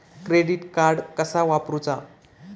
Credit card कसा वापरूचा?